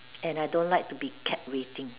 and I don't like to be kept waiting